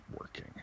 working